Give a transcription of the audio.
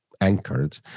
anchored